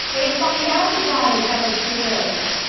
they find out the god of epicurus,